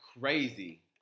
crazy